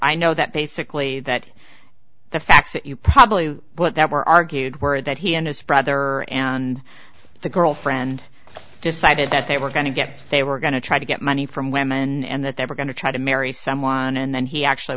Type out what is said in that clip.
i know that basically that the facts that you probably put that were argued were that he and his brother and the girlfriend decided that they were going to get they were going to try to get money from women and that they were going to try to marry someone and then he actually